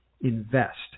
invest